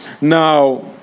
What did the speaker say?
Now